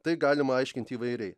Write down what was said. tai galima aiškinti įvairiai